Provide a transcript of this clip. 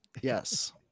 Yes